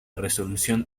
resolución